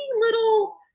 little